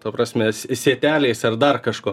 ta prasme sie sieteliais ar dar kažkuo